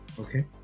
Okay